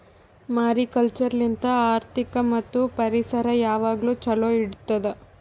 mariculture ಲಿಂತ್ ಆರ್ಥಿಕ ಮತ್ತ್ ಪರಿಸರ ಯಾವಾಗ್ಲೂ ಛಲೋ ಇಡತ್ತುದ್